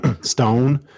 stone